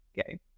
okay